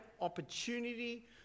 opportunity